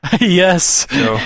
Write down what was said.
Yes